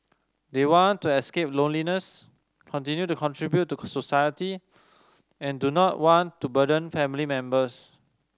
they want to escape loneliness continue to contribute to society and do not want to burden family members